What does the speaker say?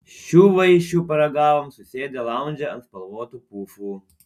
šių vaišių paragavom susėdę laundže ant spalvotų pufų